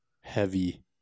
heavy